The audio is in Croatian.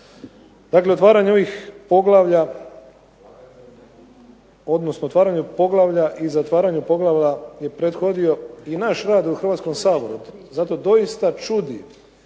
Dakle, otvaranje ovih poglavlja odnosno otvaranje poglavlja i zatvaranju poglavlja je prethodio i naš rad u Hrvatskom saboru, zato doista čudi